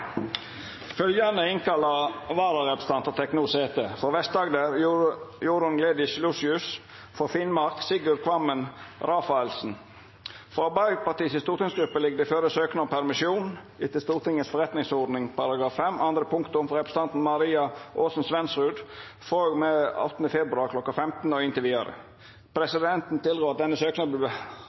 Følgjande innkalla vararepresentantar tek no sete: for Vest-Agder: Jorunn Gleditsch Lossius for Finnmark: Sigurd Kvammen Rafaelsen Frå Arbeidarpartiets stortingsgruppe ligg det føre søknad om permisjon etter Stortingets forretningsorden § 5 andre punktum for representanten Maria Aasen-Svendsrud frå og med 8. februar kl. 15 og inntil vidare. Presidenten tilrår at denne